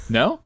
no